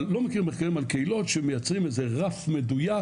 אבל אני לא מכיר מחקרים על קהילות שמייצרים איזה רף מדויק,